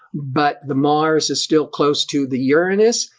but the mars is still close to the uranus,